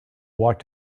walked